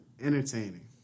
entertaining